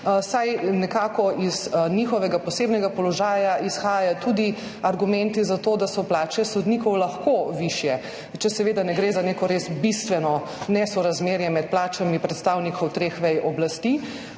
saj iz njihovega posebnega položaja izhajajo tudi argumenti za to, da so plače sodnikov lahko višje, če seveda ne gre za neko res bistveno nesorazmerje med plačami predstavnikov treh vej oblasti.